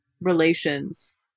relations